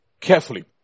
carefully